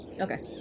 Okay